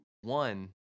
one